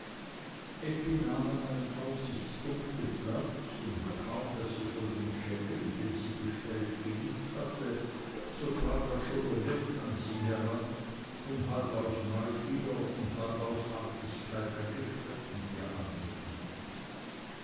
an einem aussichtspunkt platz und kaum daß sie von dem sherry den sie bestellt genippt hatte so trat auch schon der wirt an sie heran um halb aus neugier und halb aus artigkeit ein gespräch mit ihr anzuknüpfen